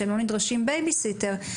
שלא זקוקים לבייביסיטר,